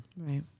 Right